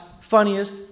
funniest